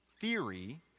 theory